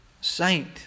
Saint